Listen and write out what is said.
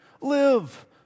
Live